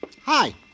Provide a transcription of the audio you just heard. Hi